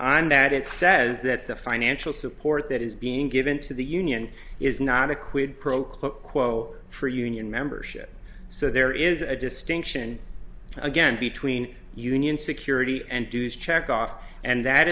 on that it says that the financial support that is being given to the union is not a quid pro quo for union membership so there is a distinction again between union security and dues check off and that